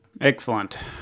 Excellent